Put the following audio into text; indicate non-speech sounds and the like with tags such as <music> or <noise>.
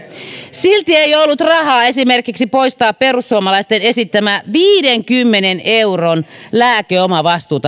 silti ei ollut rahaa esimerkiksi perussuomalaisten esittämään viidenkymmenen euron lääkeomavastuun <unintelligible>